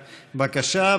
בבקשה,